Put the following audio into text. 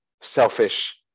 selfish